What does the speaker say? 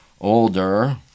older